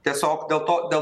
tiesiog dėl to dėl